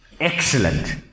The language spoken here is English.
Excellent